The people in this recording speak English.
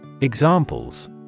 Examples